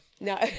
no